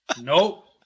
Nope